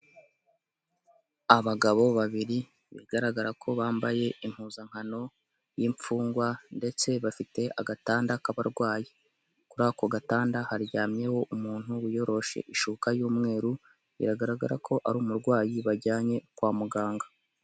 Abagabo babiri, bigaragara ko bambaye impuzankano y'imfungwa, ndetse bafite agatanda k'abarwayi kuri ako gatanda haryamyeho umuntu wiyoroshe ishuka y'umweru, biragaragara ko ari umurwayi bajyanye kwa muganga.